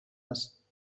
است